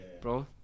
bro